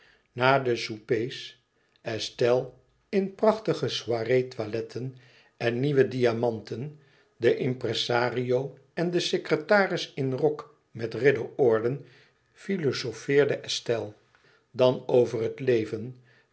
de soupers estelle in prachtige soirée toiletten en nieuwe diamanten de impresario en de secretaris in rok met ridderorden filozofeerde estelle dan over het leven